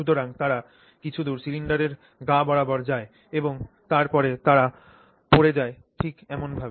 সুতরাং তারা কিছুদূর সিলিন্ডারের গা বরাবর যায় এবং তারপরে তারা পড়ে যায় ঠিক এমনভাবে